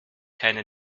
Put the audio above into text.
keine